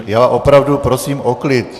Já opravdu prosím o klid!